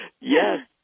Yes